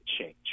change